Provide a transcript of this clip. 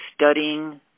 studying